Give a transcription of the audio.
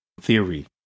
theory